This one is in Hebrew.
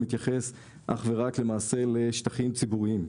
מתייחס אך ורק למעשה לשטחים ציבוריים,